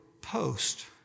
post